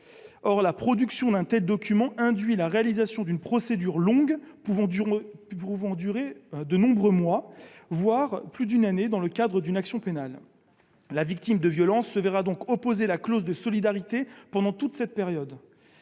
Or la production de tels documents induit une procédure longue pouvant durer de nombreux mois, voire plus d'une année, dans le cadre d'une action pénale. La victime de violences se verra donc opposer la clause de solidarité pendant toute cette période.